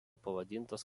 pavadintas